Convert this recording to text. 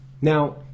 Now